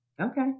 Okay